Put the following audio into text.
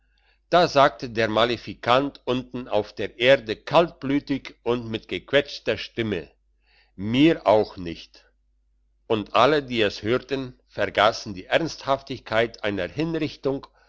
da sagte der malefikant unten auf der erde kaltblütig und mit gequetschter stimme mir auch nicht und alle die es hörten vergassen die ernsthaftigkeit einer hinrichtung